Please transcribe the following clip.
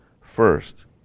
first